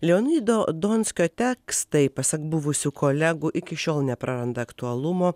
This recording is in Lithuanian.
leonido donskio tekstai pasak buvusių kolegų iki šiol nepraranda aktualumo